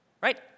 Right